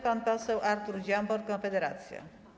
Pan poseł Artur Dziambor, Konfederacja.